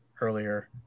earlier